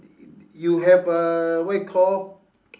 you have uh what you call